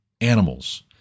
animals